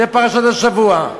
זו פרשת השבוע.